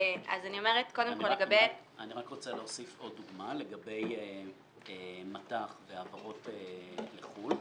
אני רק רוצה להוסיף עוד דוגמה לגבי מט"ח והעברות לחו"ל.